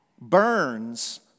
burns